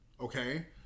Okay